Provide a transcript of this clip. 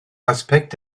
aspekt